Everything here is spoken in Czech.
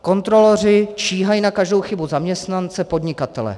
Kontroloři číhají na každou chybu zaměstnance podnikatele.